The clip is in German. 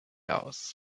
aus